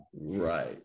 Right